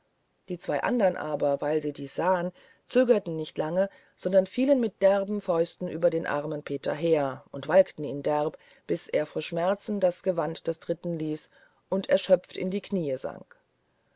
die zwei andern aber als sie dies sahen zögerten nicht lange sondern fielen mit derben fäusten über den armen peter her und walkten ihn derb bis er vor schmerzen das gewand des dritten ließ und er schöpft in die kniee sank